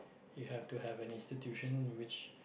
you have to have an institution in which